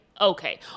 okay